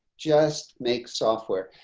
just make software.